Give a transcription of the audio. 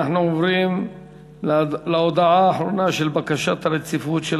אנחנו עוברים להודעה האחרונה של הממשלה,